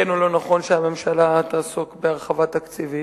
או לא נכון שהממשלה תעסוק בהרחבה תקציבית.